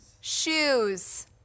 Shoes